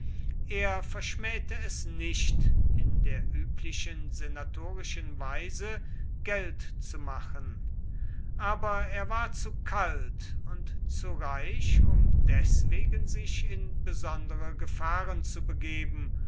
er verschmähte es nicht in der üblichen senatorischen weise geld zu machen aber er war zu kalt und zu reich um deswegen sich in besondere gefahren zu begeben